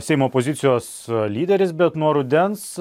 seimo opozicijos lyderis bet nuo rudens